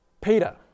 Peter